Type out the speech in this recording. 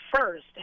first